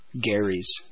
Gary's